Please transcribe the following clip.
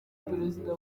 perezida